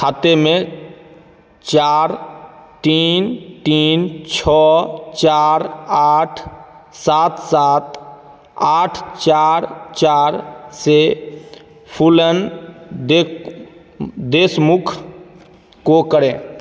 खाते चार तीन तीन छः चार आठ सात सात आठ चार चार से फूलन देख देशमुख को करें